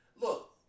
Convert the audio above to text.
Look